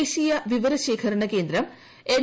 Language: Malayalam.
ദേശീയ വിവര ശേഖര കേന്ദ്രം എൻ